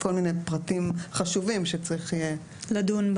יש כל מיני פרטים חשובים שיהיה צורך לדון בהם.